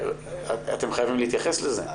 אתם חייבים להתייחס לזה.